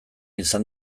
izan